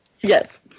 Yes